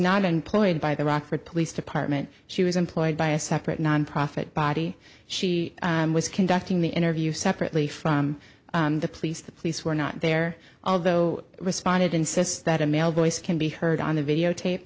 not employed by the rockford police department she was employed by a separate nonprofit body she was conducting the interview separately from the police the police were not there although responded insists that a male voice can be heard on the videotape